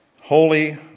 holy